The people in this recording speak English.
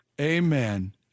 Amen